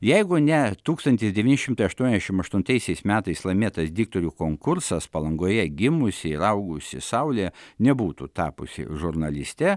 jeigu ne tūkstantis devyni šimtai aštuoniasdešimt aštuntaisiais metais laimėtas diktorių konkursas palangoje gimusi ir augusi saulė nebūtų tapusi žurnaliste